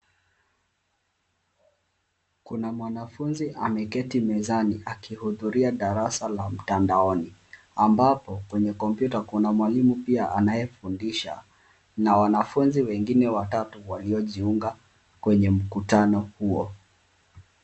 Kuna mwanafunzi ameketi mezani akihudhuria darasa la mtandaoni, ambapo kwenye kompyuta kuna mwalimu pia anayefundisha na wanafunzi wengine watatu waliojiunga kwenye mkutano huo.